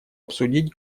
обсудить